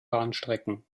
bahnstrecken